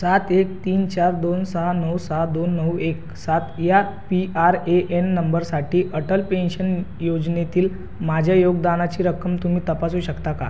सात एक तीन चार दोन सहा नऊ सहा दोन नऊ एक सात या पी आर ए एन नंबरसाठी अटल पेन्शन योजनेतील माझ्या योगदानाची रक्कम तुम्ही तपासू शकता का